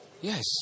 Yes